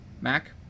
Mac